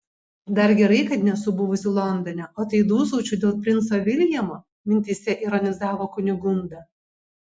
dar gerai kad nesu buvusi londone o tai dūsaučiau dėl princo viljamo mintyse ironizavo kunigunda